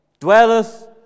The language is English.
dwelleth